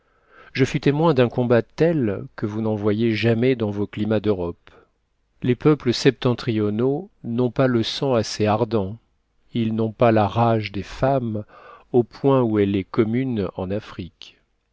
je fus témoin d'un combat tel que vous n'en voyez jamais dans vos climats d'europe les peuples septentrionaux n'ont pas le sang assez ardent ils n'ont pas la rage des femmes au point où elle est commune en afrique